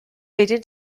wedyn